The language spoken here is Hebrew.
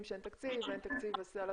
שאין תקציב ואין תקציב לסל התרופות.